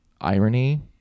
irony